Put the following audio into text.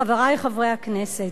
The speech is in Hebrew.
חברי חברי הכנסת,